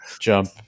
jump